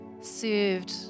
served